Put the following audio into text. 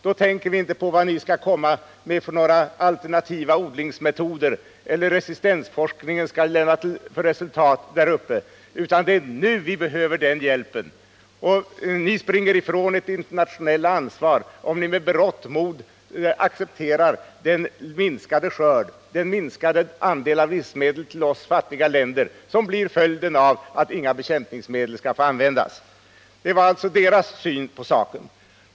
då tänker ni inte på vad ni skall komma med för alternativa odlingsmetoder eller på vilket resultat resistensforskningen hos er skall leda till. Det är nu vi behöver hjälpen. Ni springer ifrån ert internationella a var, om ni med berått mod accepterar den minskade skörd och den minskade andel av livsmedel till oss i de fattiga länderna som blir följden av att inga bekämpningsmedel skall få användas. — Detta var alltså deras syn på saken.